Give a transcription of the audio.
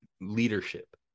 leadership